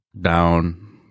down